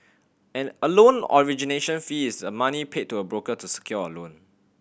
an a loan origination fee is a money paid to a broker to secure a loan